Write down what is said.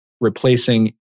replacing